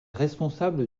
responsable